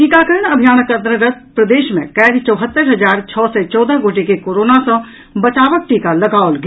टीकाकरण अभियानक अंतर्गत प्रदेश मे काल्हि चौहत्तरि हजार छओ सय चौदह गोटे के कोरोना सँ बचावक टीका लगाओल गेल